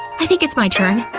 i think it's my turn.